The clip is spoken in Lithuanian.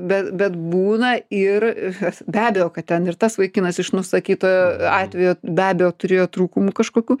bet bet būna ir tas be abejo kad ten ir tas vaikinas iš nusakyto atvejo be abejo turėjo trūkumų kažkokių